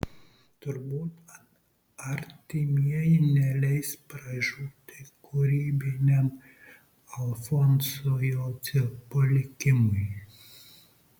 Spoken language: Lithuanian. turbūt artimieji neleis pražūti kūrybiniam alfonso jocio palikimui